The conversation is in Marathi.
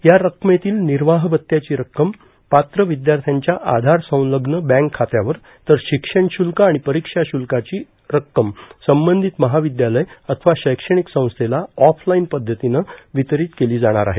या रक्कमेतील निर्वाह भत्त्याची रक्कम पात्र विद्यार्थ्यांच्या आधारसंलग्न बँक खात्यावर तर शिक्षण शुल्क आणि परीक्षा शुल्काची रक्कम संबंधित महाविद्यालय अथवा शैक्षणिक संस्थेला ऑफलाईन पद्धतीनं वितरित केली जाणार आहे